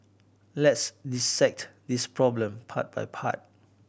let's dissect this problem part by part